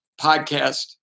podcast